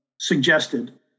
suggested